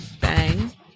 bang